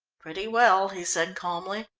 pretty well, he said calmly.